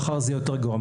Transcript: מחר זה יהיה יותר גרוע,